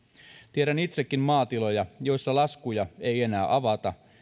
tiedän itsekin maatiloja joissa laskuja ei enää avata